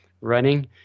running